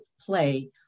play